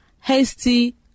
Hasty